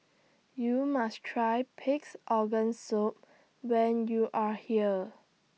YOU must Try Pig'S Organ Soup when YOU Are here